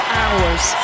hours